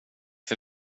för